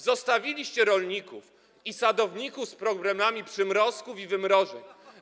Zostawiliście rolników i sadowników z problemami przymrozków i wymrożeń.